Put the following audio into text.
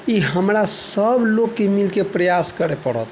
ई हमरा सभ लोकके मिलके प्रयास करै पड़त